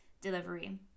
delivery